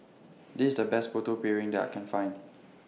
This The Best Putu Piring that I Can Find